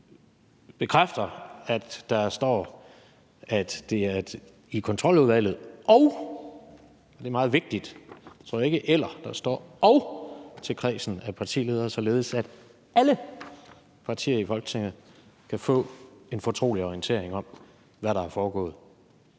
bekræfter, at der står, at det er i Kontroludvalget og – det er meget vigtigt, at der ikke står »eller«, men at der står »og« – til kredsen af partiledere, således at alle partier i Folketinget kan få en fortrolig orientering om, hvad der er foregået.